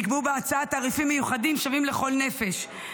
נקבעו בהצעה תעריפים מיוחדים שווים לכל נפש.